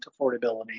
affordability